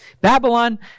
Babylon